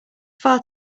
far